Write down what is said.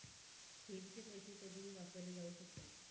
ठेवीचे पैसे कधीही वापरले जाऊ शकतात